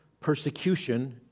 persecution